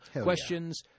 Questions